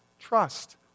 trust